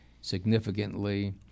significantly